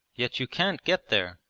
yet you can't get there!